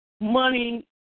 money